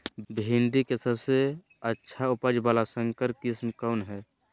भिंडी के सबसे अच्छा उपज वाला संकर किस्म कौन है?